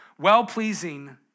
well-pleasing